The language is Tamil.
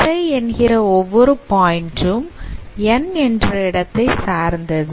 Xi என்கிற ஒவ்வொரு பாயிண்ட் ம் N என்ற இடத்தை சார்ந்தது